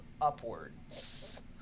upwards